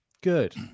good